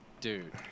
Dude